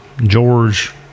George